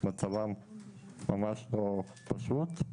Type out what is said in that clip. מצבם ממש לא פשוט.